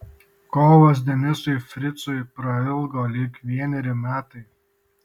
kovas denisui fricui prailgo lyg vieneri metai